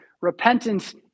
Repentance